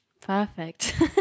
Perfect